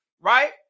right